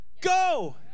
Go